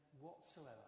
whatsoever